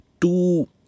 two